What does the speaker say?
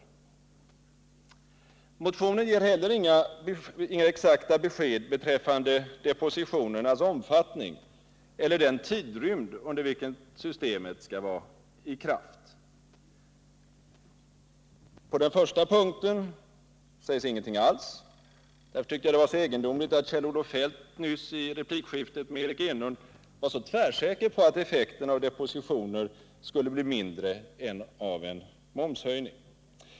I motionen ges det inte heller några exakta besked beträffande depositionernas omfattning eller den tidrymd under vilken systemet skall vara i kraft. På den första punkten sägs ingenting alls. Därför tycker jag att det var så egendomligt att Kjell-Olof Feldt i replikskiftet nyss med Eric Enlund var så tvärsäker på att effekten av depositioner skulle bli mindre än effekten av en momshöjning.